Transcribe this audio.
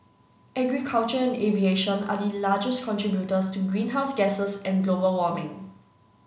agriculture and aviation are the largest contributors to greenhouse gases and global warming